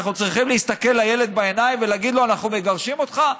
אנחנו צריכים להסתכל לילד בעיניים ולהגיד לו: אנחנו מגרשים אותך?